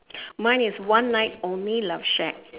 mine is one night only love shack